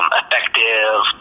effective